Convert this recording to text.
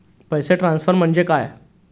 पैसे ट्रान्सफर म्हणजे काय?